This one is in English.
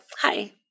hi